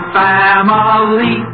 family